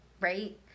right